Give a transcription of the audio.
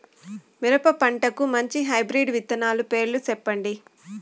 మిరప పంటకు మంచి హైబ్రిడ్ విత్తనాలు పేర్లు సెప్పండి?